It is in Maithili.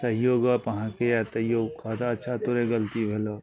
सहियो गप अहाँके यऽ तैयो कहत अच्छा तोरे गलती भेलहु